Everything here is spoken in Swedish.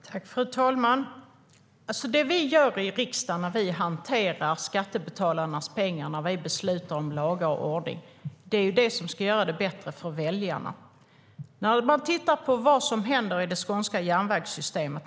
Fru talman! Det vi gör i riksdagen när vi hanterar skattebetalarnas pengar, när vi beslutar om lagar och ordning, är det som ska göra det bättre för väljarna. Titta på vad som händer i det skånska järnvägssystemet!